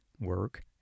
work